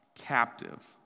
captive